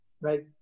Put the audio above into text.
right